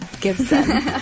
Gibson